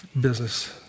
business